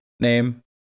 name